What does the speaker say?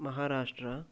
Maharashtra